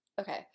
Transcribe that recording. okay